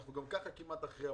אנחנו גם כך כמעט אחרי,